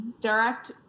direct